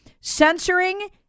censoring